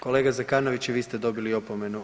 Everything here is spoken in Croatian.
Kolega Zekanović i vi ste dobili opomenu.